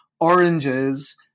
oranges